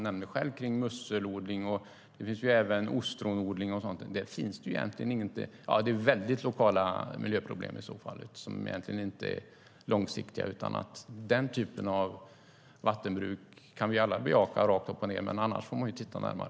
När det gäller musselodling, som Jens Holm nämnde, och ostronodling finns det bara väldigt lokala miljöproblem, om ens det, så den typen av vattenbruk kan vi alla bejaka rätt upp och ned, men annars får man titta närmare.